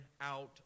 out